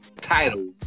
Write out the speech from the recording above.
titles